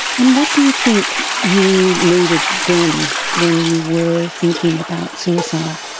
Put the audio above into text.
and what do you think you needed then when you were thinking about suicide?